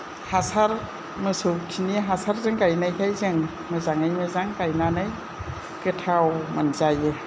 हासार मोसौ खिनि हासारजों गायनायखाय जों मोजाङै मोजां गायनानै गोथाव मोनजायो